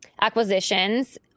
acquisitions